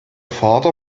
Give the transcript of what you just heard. vater